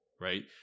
right